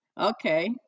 Okay